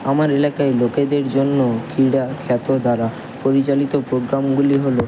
আমার এলাকায় লোকেদের জন্য ক্রীড়া খ্যাত দ্বারা পরিচালিত প্রোগ্রামগুলি হলো